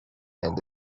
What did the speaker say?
and